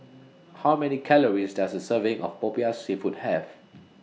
How Many Calories Does A Serving of Popiah Seafood Have